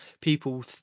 people